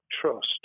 trust